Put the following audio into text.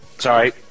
sorry